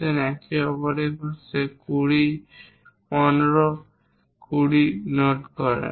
আপনি যদি একে অপরের পাশে 20 15 20 নোট করেন